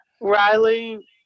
Riley